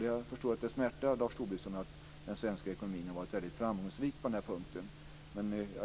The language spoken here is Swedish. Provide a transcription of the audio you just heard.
Jag förstår att det smärtar Lars Tobisson att den svenska ekonomin har varit väldigt framgångsrik på den här punkten.